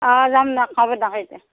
অঁ যাম দক হ'ব দক এতিয়া